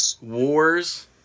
Wars